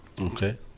Okay